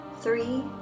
Three